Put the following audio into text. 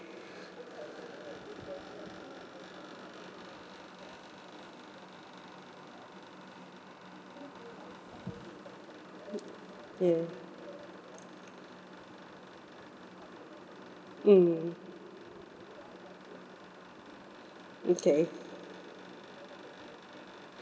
ya mm okay